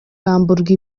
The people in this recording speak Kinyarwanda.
bamburwa